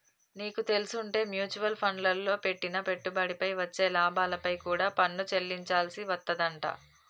నీకు తెల్సుంటే మ్యూచవల్ ఫండ్లల్లో పెట్టిన పెట్టుబడిపై వచ్చే లాభాలపై కూడా పన్ను చెల్లించాల్సి వత్తదంట